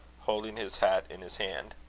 holding his hat in his hand.